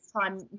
time